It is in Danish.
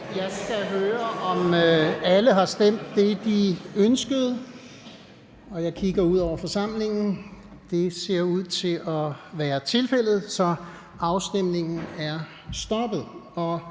Jeg skal høre, om alle har stemt det, de ønskede. Jeg kigger ud over forsamlingen, og det ser ud til at være tilfældet, så afstemningen er sluttet.